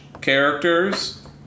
characters